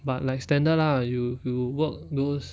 but like standard lah you you work those